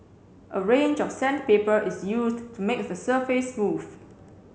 a range of sandpaper is used to make the surface smooth